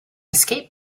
escape